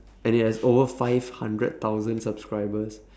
and it has over five hundred thousand subscribers